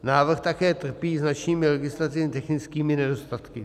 Návrh také trpí značnými legislativně technickými nedostatky.